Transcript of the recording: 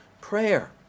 Prayer